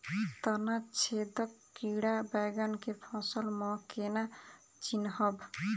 तना छेदक कीड़ा बैंगन केँ फसल म केना चिनहब?